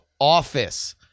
office